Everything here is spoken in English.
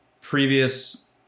previous